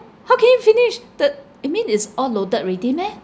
how can you finished the you mean it's all loaded already meh